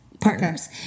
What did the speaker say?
partners